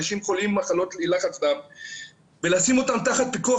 אנשים שחולים במחלות לחץ דם ולשים אותם תחת פיקוח